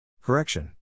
Correction